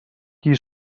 qui